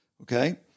okay